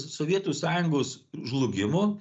sovietų sąjungos žlugimo